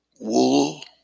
wool